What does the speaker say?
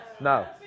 No